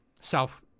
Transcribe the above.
self